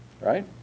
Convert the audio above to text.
Right